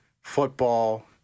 football